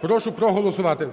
прошу проголосувати